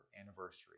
anniversary